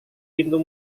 pintu